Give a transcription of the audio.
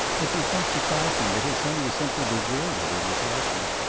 it was not surprising that his son was simply bewildered at his lessons,